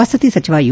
ವಸತಿ ಸಚಿವ ಯು